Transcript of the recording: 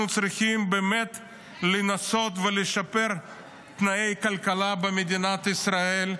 אנחנו צריכים באמת לנסות ולשפר את תנאי הכלכלה במדינת ישראל,